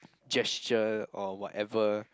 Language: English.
gesture or whatever